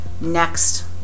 next